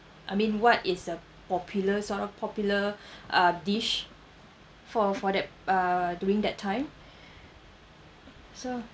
I mean what is a popular sort of popular uh dish for for that uh during that time so